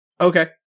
Okay